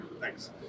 thanks